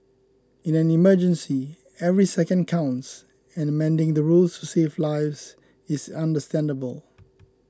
in an emergency every second counts and amending the rules to save lives is understandable